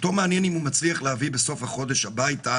אותו מעניין אם הוא מצליח להביא בסוף החודש הביתה